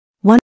One